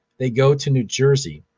they go to new jersey.